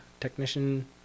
technician